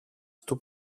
του